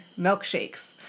milkshakes